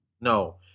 no